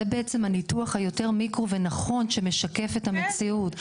זה הניתוח היותר מיקרו ונכון שמשקף את המציאות.